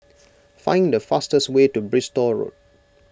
find the fastest way to Bristol Road